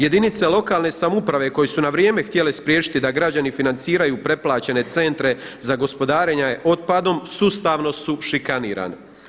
Jedinice lokalne samouprave koje su na vrijeme htjele spriječiti da građani financiraju preplaćene centre za gospodarenje otpadom, sustavno su šikanirane.